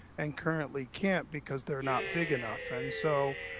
and currently can't because they're not big enough. and so,